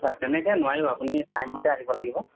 হয় তেনেকৈ নোৱাৰিম আপুনি টাইম মতে আহিব লাগিব